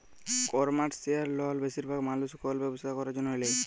commercial লল বেশিরভাগ মালুস কল ব্যবসা ক্যরার জ্যনহে লেয়